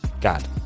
God